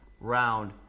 round